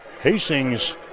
hastings